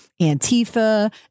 Antifa